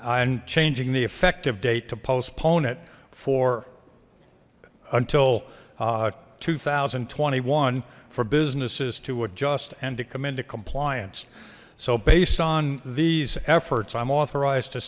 and changing the effective date to postpone it for until two thousand and twenty one for businesses to adjust and to come into compliance so based on these efforts i'm authorized to